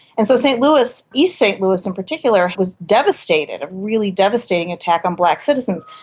and so st louis, east st louis in particular, was devastated, a really devastating attack on black citizens.